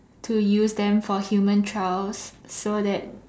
to use them for human trials so that